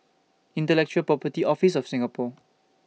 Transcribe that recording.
Intellectual Property Office of Singapore